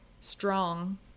strong